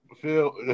Phil